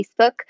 Facebook